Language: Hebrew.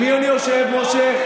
עם מי אני יושב, משה?